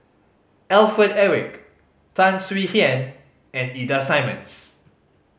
Alfred Eric Tan Swie Hian and Ida Simmons